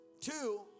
two